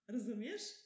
Rozumiesz